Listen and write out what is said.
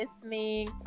listening